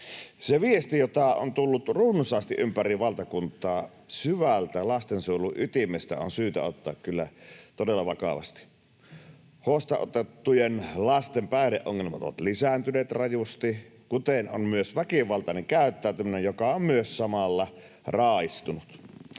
Se viesti, jota on tullut runsaasti ympäri valtakuntaa syvältä lastensuojelun ytimestä, on syytä ottaa kyllä todella vakavasti. Huostaanotettujen lasten päihdeongelmat ovat lisääntyneet rajusti, kuten on myös väkivaltainen käyttäytyminen, joka on myös samalla raaistunut.